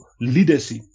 leadership